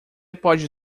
pode